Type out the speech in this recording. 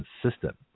consistent